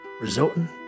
resulting